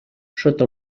sota